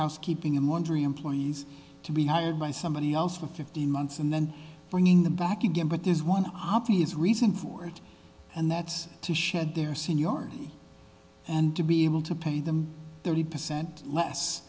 housekeeping and wondering employees to be hired by somebody else for fifteen months and then bringing them back again but there's one obvious reason for it and that's to shed their seniority and to be able to pay them thirty percent less